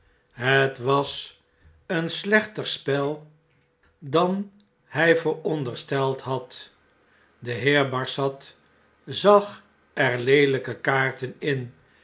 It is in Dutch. het was een slechter spel dan hij voorondersteld had de heer barsad zag er leelyke kaarten in